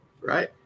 Right